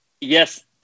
yes